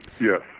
Yes